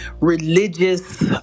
religious